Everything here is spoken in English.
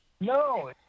No